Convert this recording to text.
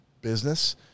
business